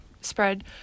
spread